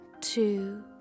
two